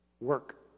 Work